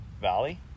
valley